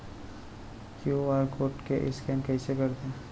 QR code ले scan कइसे करथे?